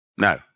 No